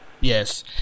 Yes